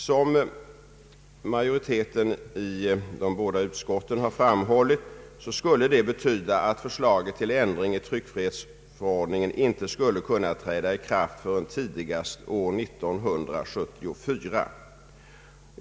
Som majoriteten i de båda utskotten har framhållit skulle det betyda att förslaget till ändring i tryckfrihetsförordningen inte skulla kunna träda i kraft förrän tidigast år 1974.